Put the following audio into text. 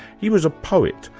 he was a poet,